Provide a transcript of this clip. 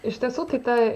iš tiesų tai ta